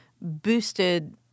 boosted